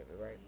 right